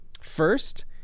First